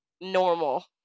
normal